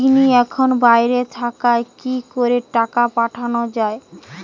তিনি এখন বাইরে থাকায় কি করে টাকা পাঠানো য়ায়?